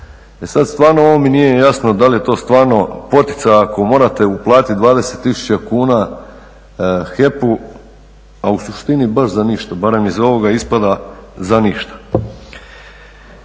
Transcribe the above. E sada stvarno ovo mi nije jasno da li je to stvarno poticaj ako morate uplatiti 20 tisuća kuna HEP-u a u suštini baš za ništa, barem iz ovoga ispada za ništa.